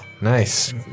Nice